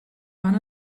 one